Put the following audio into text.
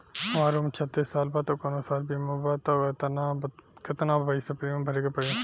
हमार उम्र छत्तिस साल बा त कौनों स्वास्थ्य बीमा बा का आ केतना पईसा प्रीमियम भरे के पड़ी?